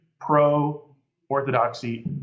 pro-Orthodoxy